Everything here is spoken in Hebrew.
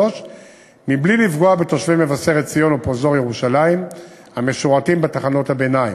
בלי לפגוע בתושבי מבשרת-ציון ופרוזדור ירושלים המשורתים בתחנות הביניים.